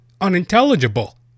unintelligible